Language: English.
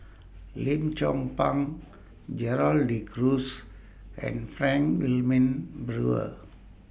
Lim Chong Pang Gerald De Cruz and Frank Wilmin Brewer